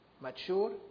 Mature